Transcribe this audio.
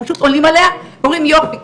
פשוט עולים עליה ואומרים יופי.